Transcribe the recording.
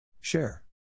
Share